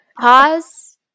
Pause